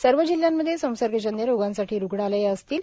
सर्व जिल्ह्यांमध्ये संसर्गजन्य रोगांसाठी रूग्णालये असतील